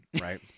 right